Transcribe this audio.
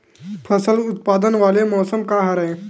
फसल उत्पादन वाले मौसम का हरे?